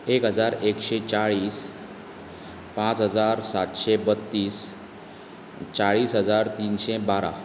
एक हजार एकशें चाळीस पांच हजार सातशें बत्तीस चाळीस हजार तिनशे बारा